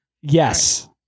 Yes